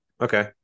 Okay